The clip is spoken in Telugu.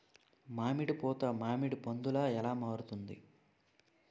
మామిడి పూత మామిడి పందుల ఎలా మారుతుంది?